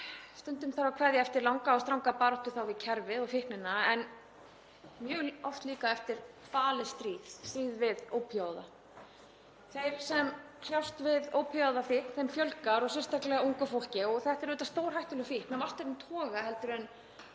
stundum þarf að kveðja eftir langa og stranga baráttu við kerfið og fíkniefni en mjög oft líka eftir falið stríð, stríð við ópíóíða. Þeim sem kljást við ópíóíðafíkn fjölgar og sérstaklega ungu fólki. Þetta er auðvitað stórhættuleg fíkn og af allt öðrum toga heldur en